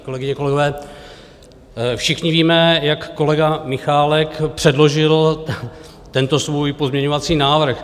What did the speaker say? Kolegyně, kolegové, všichni víme, jak kolega Michálek předložil tento svůj pozměňovací návrh.